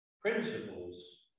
principles